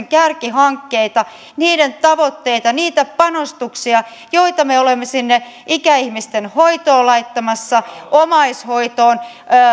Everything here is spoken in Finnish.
kärkihankkeita niiden tavoitteita niitä panostuksia joita me olemme sinne ikäihmisten hoitoon laittamassa omaishoitoon